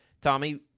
Tommy